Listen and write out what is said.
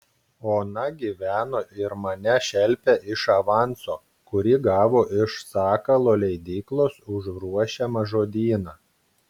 ona gyveno ir mane šelpė iš avanso kurį gavo iš sakalo leidyklos už ruošiamą žodyną